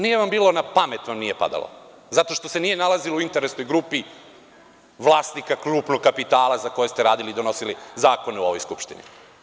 Nije vam na pamet padalo zato što se nije nalazilo u interesnoj grupi vlasnika krupnog kapitala za koje ste radili, donosili zakone u ovoj Skupštini.